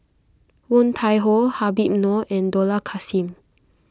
Woon Tai Ho Habib Noh and Dollah Kassim